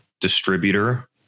distributor